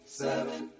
seven